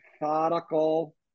methodical